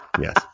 Yes